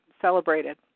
celebrated